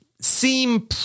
seem